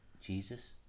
jesus